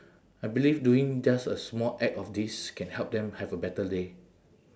I believe doing just a small act of this can help them have a better day